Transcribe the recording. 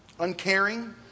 uncaring